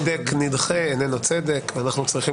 צדק נדחה איננו צדק ואנחנו צריכים